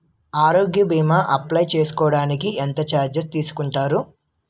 ఆరోగ్య భీమా అప్లయ్ చేసుకోడానికి ఎంత చార్జెస్ తీసుకుంటారు?